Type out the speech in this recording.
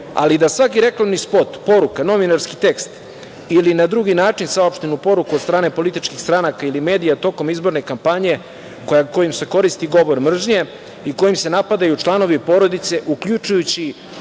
ali da svaki reklamni spot, poruka, novinarski tekst ili na drugi način saopštenu poruku od strane političkih stranaka i medija tokom izborne kampanje kojim se koristi govor mržnje i kojim se napadaju članovi porodice, uključujući